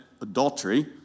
adultery